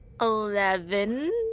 Eleven